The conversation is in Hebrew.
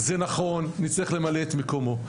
זה נכון נצטרך למלא את מקומו.